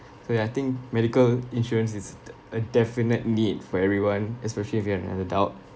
so ya I think medical insurance is d~ a definite need for everyone especially if you are an adult